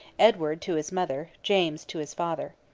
edward to his mother james to his father.